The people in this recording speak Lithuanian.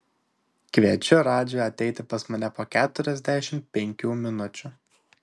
kviečiu radžį ateiti pas mane po keturiasdešimt penkių minučių